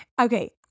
okay